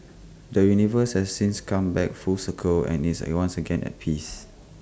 the universe has since come back full circle and is once again at peace